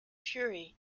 fury